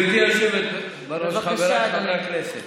גברתי היושבת בראש, חבריי חברי הכנסת,